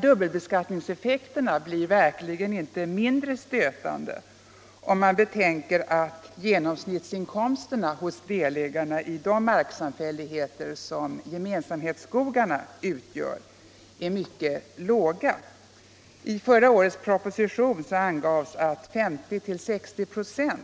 Dubbelbeskattningseffekterna blir verkligen inte mindre stötande, om man t.ex. betänker att genomsnittsinkomsterna hos delägarna i de marksamfälligheter som gemensamhetsskogarna utgör är mycket låga. I förra årets proposition angavs att 50-60 926